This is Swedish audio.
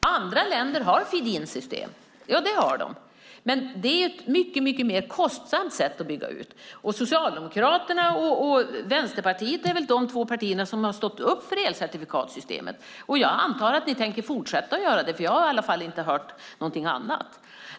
Ja, andra länder har feed-in-system, men det är ett mycket mer kostsamt sätt att bygga ut. Socialdemokraterna och Vänsterpartiet är väl de två partier som har stått upp för elcertifikatssystemet, och jag antar att ni tänker fortsätta göra det. Jag har i alla fall inte hört någonting annat.